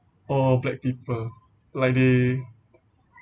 all black people like the